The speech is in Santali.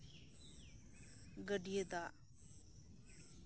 ᱜᱟᱹᱰᱤᱭᱟᱹ ᱫᱟᱜ